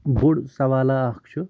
بوٚڑ سوالہ اکھ چھُ